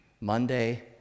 Monday